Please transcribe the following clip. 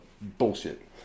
bullshit